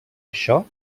això